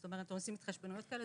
זאת אומרת, עושים התחשבנויות כאלה.